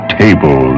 table